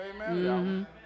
amen